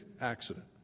accident